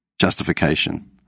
justification